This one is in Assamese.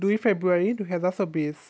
দুই ফেব্ৰুৱাৰী দুহেজাৰ চৌবিছ